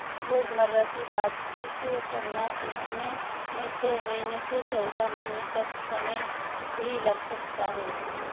रोज़मर्रा की बातचीत करना सीखने में छह महीने से चौदह महीने तक समय भी लग सकता है